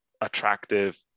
attractive